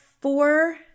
four